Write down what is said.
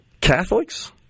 Catholics